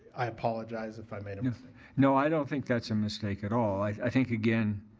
i apologize if i made a mistake. no, i don't think that's a mistake at all. i think, again,